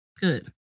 Good